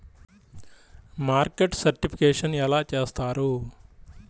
Market certification ఎలా చేస్తారు?